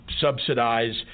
subsidize